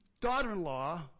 daughter-in-law